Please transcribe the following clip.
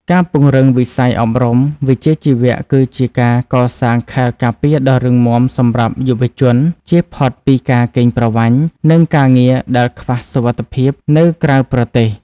ការពង្រឹងវិស័យអប់រំវិជ្ជាជីវៈ គឺជាការកសាងខែលការពារដ៏រឹងមាំសម្រាប់យុវជន ជៀសផុតពីការកេងប្រវ័ញ្ច និងការងារដែលខ្វះសុវត្ថិភាពនៅក្រៅប្រទេស។